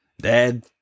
Dad